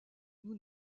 nous